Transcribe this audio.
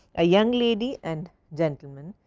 a young lady and gentleman,